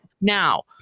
Now